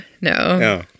no